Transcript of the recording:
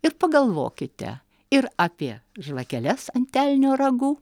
ir pagalvokite ir apie žvakeles ant elnio ragų